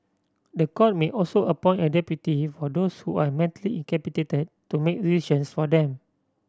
the court may also appoint a deputy for those who are mentally incapacitated to make decisions for them